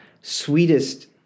sweetest